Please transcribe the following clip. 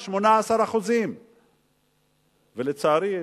18%. ולצערי,